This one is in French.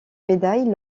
médaille